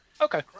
Okay